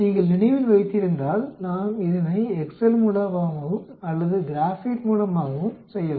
நீங்கள் நினைவில் வைத்திருந்தால் நாம் இதனை எக்செல் மூலமாகவும் அல்லது கிராப்பேட் மூலமாகவும் செய்யலாம்